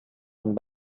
and